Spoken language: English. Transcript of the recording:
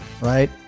right